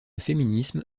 féminisme